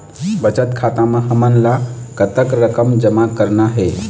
बचत खाता म हमन ला कतक रकम जमा करना हे?